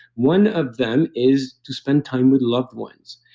one of them is to spend time with loved ones,